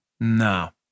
No